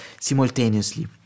simultaneously